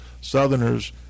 Southerners